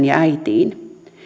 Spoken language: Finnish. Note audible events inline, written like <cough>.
<unintelligible> ja äitiin